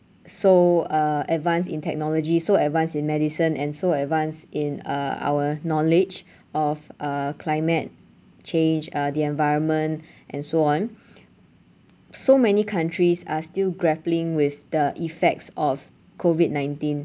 so uh advanced in technology so advanced in medicine and so advanced in uh our knowledge of uh climate change uh the environment and so on so many countries are still grappling with the effects of COVID nineteen